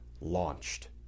launched